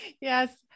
yes